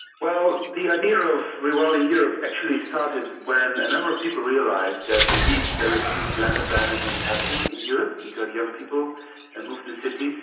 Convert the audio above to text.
well, the idea of rewilding europe actually started when a number of people realised that indeed there is huge land abandonment happening in europe because young people and move to cities,